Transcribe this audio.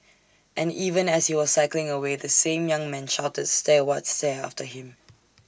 and even as he was cycling away the same young man shouted stare what stare after him